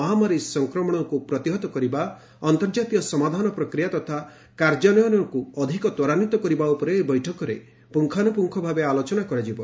ମହାମାରୀ ସଂକ୍ରମଣକୁ ପ୍ରତିହତ କରିବା ଅନ୍ତର୍ଜାତୀୟ ସମାଧାନ ପ୍ରକ୍ରିୟା ତଥା କାର୍ଯ୍ୟାନ୍ୱୟନକୁ ଅଧିକ ତ୍ୱରାନ୍ୱିତ କରିବା ଉପରେ ଏହି ବୈଠକରେ ପୁଙ୍ଗାନୁପୁଙ୍ଗଭାବେ ଆଲୋଚନା କରାଯିବ